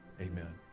Amen